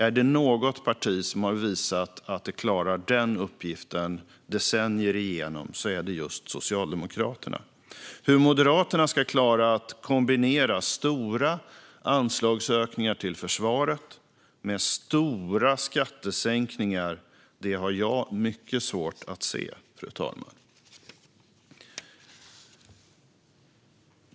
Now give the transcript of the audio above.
Om det är något parti som har visat att det klarar denna uppgift decennier igenom är det just Socialdemokraterna. Hur Moderaterna ska klara att kombinera stora anslagsökningar till försvaret med stora skattesänkningar, fru talman, har jag mycket svårt att se.